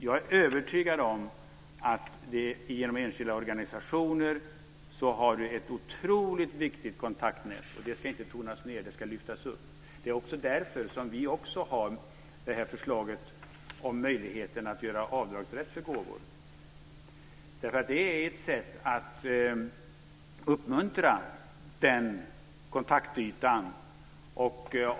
Jag är övertygad om att vi genom enskilda organisationer har ett otroligt viktigt kontaktnät. Det ska inte tonas ned; det ska lyftas upp. Det är också därför som vi har föreslagit en avdragsrätt för gåvor. Det är ett sätt att uppmuntra den här kontaktytan.